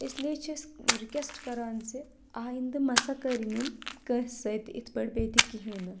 اِسلیے چھِ أسۍ رِکٮ۪سٹ کَران زِ آیِندٕ مہ سا کٔرِنۍ یِم کٲنٛسہِ سۭتۍ یِتھ پٲٹھۍ بیٚیہِ تہِ کِہیٖنۍ نہٕ